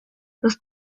los